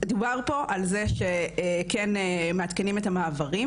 מדובר פה על זה שכן מעדכנים את המעברים,